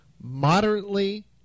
Moderately